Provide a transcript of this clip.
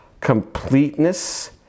completeness